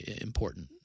important